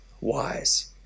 wise